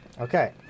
Okay